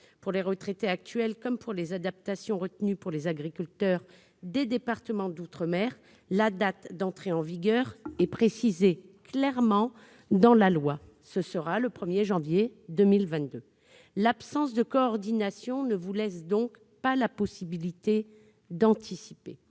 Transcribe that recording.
Pour les retraités actuels, comme pour les adaptations retenues pour les agriculteurs des départements d'outre-mer, la date d'entrée en vigueur est précisée clairement dans la loi : ce sera le 1 janvier 2022 ! L'absence de coordination ne vous laisse donc pas la possibilité d'anticiper.